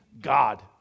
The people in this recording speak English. God